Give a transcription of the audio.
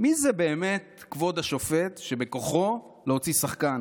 מי הוא באמת כבוד השופט שבכוחו להוציא שחקן